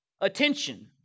attention